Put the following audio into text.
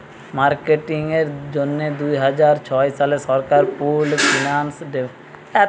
marketing এর জন্যে দুইহাজার ছয় সালে সরকার পুল্ড ফিন্যান্স ডেভেলপমেন্ট স্কিং ঘোষণা কোরেছে